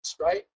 right